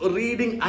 reading